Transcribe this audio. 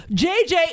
jj